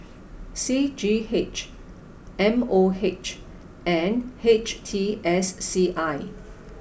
C G H M O H and H T S C I